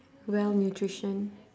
well nutrition